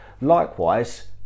Likewise